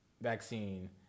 vaccine